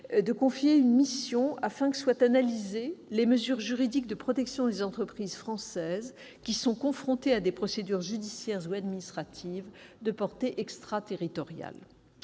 et Gauvain une mission afin que soient analysées les mesures juridiques de protection des entreprises françaises confrontées à des procédures judiciaires ou administratives de portée extraterritoriale.